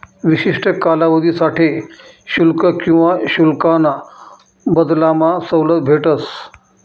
विशिष्ठ कालावधीसाठे शुल्क किवा शुल्काना बदलामा सवलत भेटस